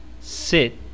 Sit